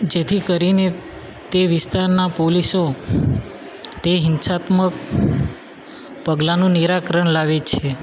જેથી કરીને તે વિસ્તારના પોલીસો તે હિંસાત્મક પગલાનું નિરાકરણ લાવે છે